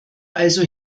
also